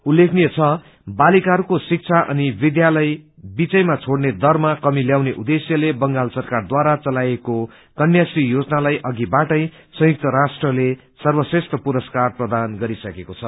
उल्लेखनीय छ बालिकाहरूको शिक्षा अनि विद्यालय बीचैमा छोड़ने दरमा कमी ल्याउने उदेश्यले बंगाल सरकारद्वारा चलाइएको कन्या श्री योजनालाई अघिबाटै संयुक्त राष्ट्रबाट सर्वश्रेष्ठ पुरस्कार प्राप्त भइसकेको छ